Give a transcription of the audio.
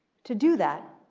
to do that,